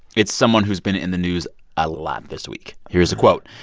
it's someone who's been in the news a lot this week. here's the quote.